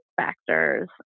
factors